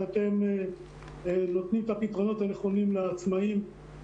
שאתם נותנים את הפתרונות הנכונים לעצמאים,